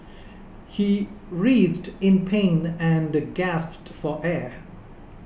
he writhed in pain and gasped for air